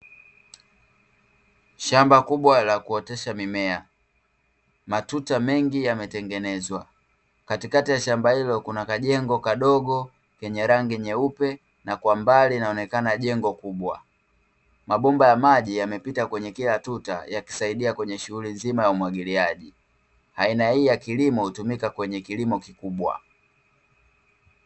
Shamba kubwa la kuotesha mimea; matuta mengi yametengenezwa, katikati ya shamba hilo kuna kajengo kadogo kenye rangi nyeupe, na kwa mbali inaonekana jengo kubwa. Mabomba ya maji yamepita kwenye kila tuta yakisaidia kwenye shughuli nzima ya umwagiliaji. Aina hii ya kilimo hutumika kwenye kilimo kikubwa.